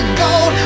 gold